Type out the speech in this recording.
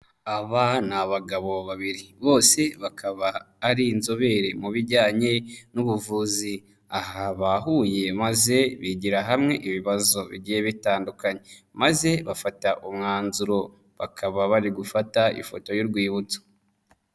Aba ni abagabo babiri, bose bakaba ari inzobere mu bijyanye n'ubuvuzi, aha bahuye maze bigira hamwe ibibazo bigiye bitandukanye maze bafata umwanzuro, bakaba bari gufata ifoto y'urwibutso.